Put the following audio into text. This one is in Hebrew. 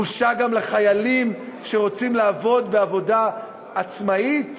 בושה גם לחיילים שרוצים לעבוד בעבודה עצמאית?